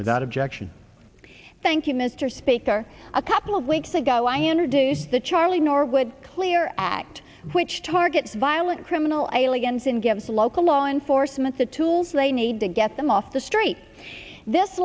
objection thank you mr speaker a couple of weeks ago i introduced the charlie norwood clear act which targets violent criminal aliens and gives local law enforcement the tools they need to get them off the street this